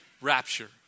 Rapture